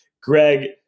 Greg